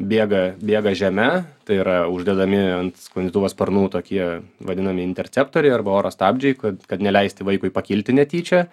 bėga bėga žeme tai yra uždedami ant sklandytuvo sparnų tokie vadinami interceptoriai arba oro stabdžiai kad kad neleisti vaikui pakilti netyčia